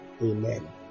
Amen